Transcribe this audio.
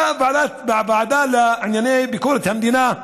בוועדה לענייני ביקורת המדינה,